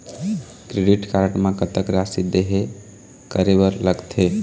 Credit card म कतक राशि देहे करे बर लगथे?